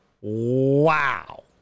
Wow